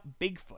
Bigfoot